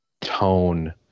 tone